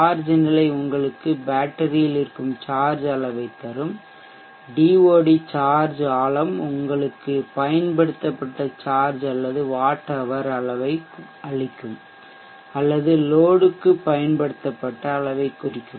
charge நிலை உங்களுக்கு பேட்டரியில் இருக்கும் சார்ஜ் அளவைத் தரும் டிஓடி சார்ஜ் ஆழம் உங்களுக்கு பயன்படுத்தப்பட்ட சார்ஜ் அல்லது வாட் ஹவர் அளவை அளிக்கும் அல்லது லோடுக்கு பயன்படுத்தப்பட்ட அளவைக் குறிக்கும்